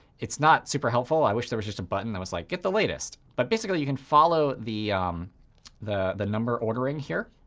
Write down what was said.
it's not super helpful. i wish there was just a button that was like, get the latest. but basically, you can follow the the number ordering here.